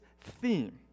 theme